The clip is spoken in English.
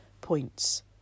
points